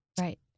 Right